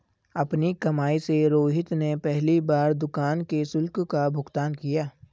अपनी कमाई से रोहित ने पहली बार दुकान के शुल्क का भुगतान किया